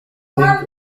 think